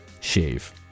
shave